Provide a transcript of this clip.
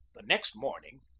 the next morning,